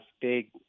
big